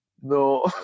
No